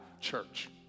church